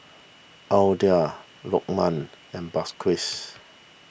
Aidil Lokman and